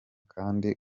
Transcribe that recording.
kandi